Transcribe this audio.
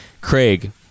Craig